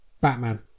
Batman